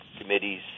committees